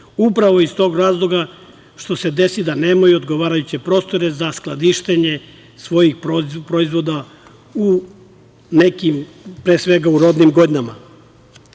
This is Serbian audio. upravo iz tog razloga što se desi da nemaju odgovarajući prostore za skladištenje svojih proizvoda u nekim, pre svega u rodnim godinama. Skoro